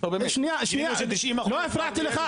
-- עמית לא הפרעתי לך,